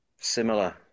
Similar